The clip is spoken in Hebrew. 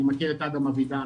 אני מכיר את אדם אבידן,